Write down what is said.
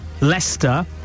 Leicester